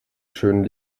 schönen